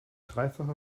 dreifache